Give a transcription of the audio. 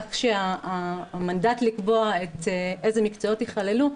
כך שהמנדט לקבוע איזה מקצועות יכללו,